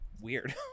Weird